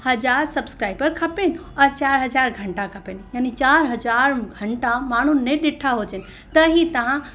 हज़ार सबस्क्राइबर खपनि औरि चारि हज़ार घंटा खपनि याने चारि हज़ार घंटा माण्हू ने ॾिठा हुजनि त हीअ तव्हां